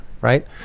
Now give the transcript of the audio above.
Right